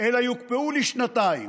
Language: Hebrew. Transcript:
אלא יוקפאו לשנתיים.